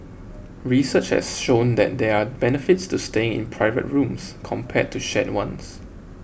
research has shown that there are benefits to staying in private rooms compared to shared ones